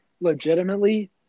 legitimately